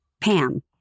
Pam